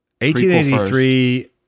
1883